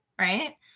Right